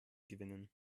gewinnen